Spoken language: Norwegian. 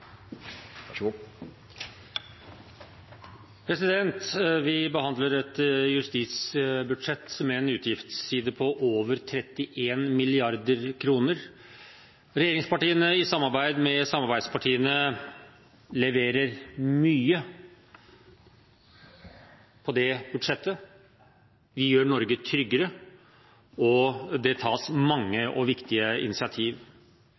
Vi behandler et justisbudsjett med en utgiftsside på over 31 mrd. kr. Regjeringspartiene, i samarbeid med samarbeidspartiene, leverer mye i det budsjettet. Vi gjør Norge tryggere, og det tas mange og viktige initiativ.